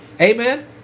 Amen